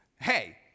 hey